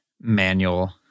manual